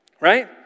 right